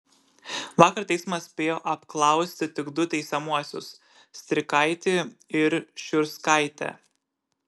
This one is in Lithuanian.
vakar teismas spėjo apklausti tik du teisiamuosius strikaitį ir šiurskaitę